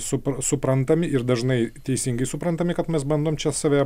supa suprantami ir dažnai teisingai suprantami kad mes bandom čia save